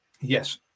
yes